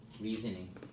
Reasoning